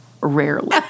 rarely